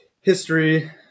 history